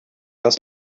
das